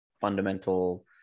fundamental